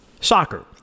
soccer